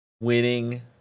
winning